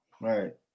right